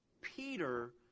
Peter